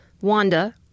Wanda